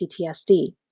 PTSD